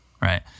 right